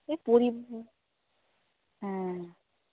ওই হ্যাঁ